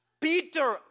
Peter